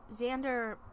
Xander